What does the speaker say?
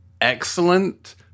excellent